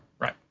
right